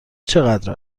چقدر